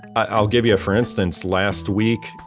i'll give you a for instance, last week,